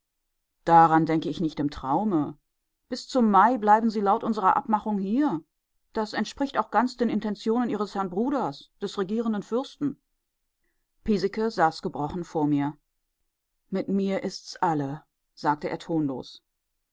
daran denke ich nicht im traume bis zum mai bleiben sie laut unserer abmachung hier das entspricht auch ganz den intentionen ihres herrn bruders des regierenden fürsten piesecke saß gebrochen vor mir mit mir ist's alle sagte er tonlos